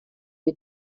die